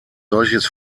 solches